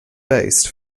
base